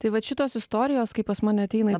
tai vat šitos istorijos kai pas mane ateina